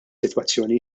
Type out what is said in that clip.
sitwazzjoni